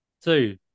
Two